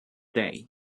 day